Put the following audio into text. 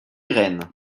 rehn